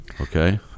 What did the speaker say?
Okay